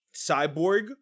Cyborg